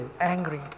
angry